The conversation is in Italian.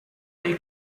dei